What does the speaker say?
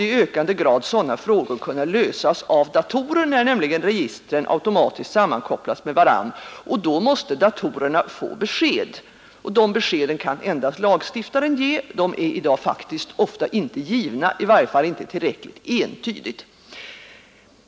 I ökande grad måste nu sådana frågor kunna lösas av datorer, när de olika registren automatiskt sammankopplas med varandra. Då måste datorerna få besked. De beskeden kan endast lagstiftaren ge och de är i dag faktiskt icke givna, i varje fall inte tillräckligt entydigt.